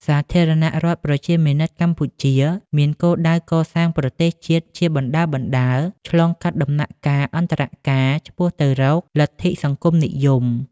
សាធារណរដ្ឋប្រជាមានិតកម្ពុជា មានគោលដៅកសាងប្រទេសជាតិជាបណ្តើរៗ ឆ្លងកាត់ដំណាក់កាលអន្តរកាលឆ្ពោះទៅរកលទ្ធិសង្គមនិយម។